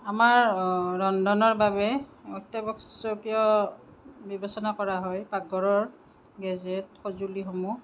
আমাৰ ৰন্ধনৰ বাবে অত্যাৱশ্যকীয় বিবেচনা কৰা হয় পাকঘৰৰ গেজেট সঁজুলিসমূহ